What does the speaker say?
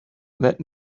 let